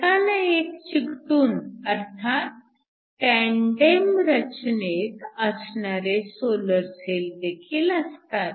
एकाला एक चिकटून अर्थात टॅनडेम रचनेत असणारे सोलर सेल देखील असतात